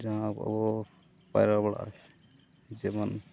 ᱡᱟᱦᱟᱸ ᱟᱵᱚ ᱵᱚᱱ ᱯᱟᱭᱨᱟ ᱵᱟᱲᱟᱜᱼᱟ ᱡᱮᱢᱚᱱ